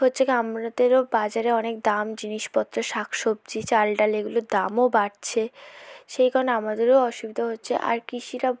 হচ্ছে কী আমরাদেরও বাজারে অনেক দাম জিনিসপত্রের শাক সবজি চাল ডাল এগুলোর দামও বাড়ছে সেই কারণে আমাদেরও অসুবিধা হচ্ছে আর কৃষিরা